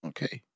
Okay